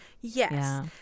Yes